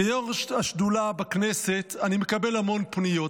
כיו"ר השדולה בכנסת אני מקבל הרבה מאוד פניות.